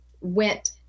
went